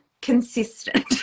consistent